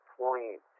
point